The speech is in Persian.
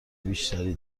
بیشتری